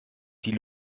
die